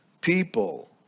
people